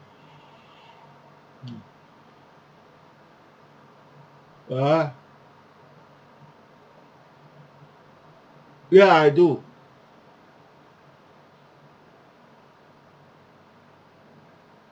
ah ya I do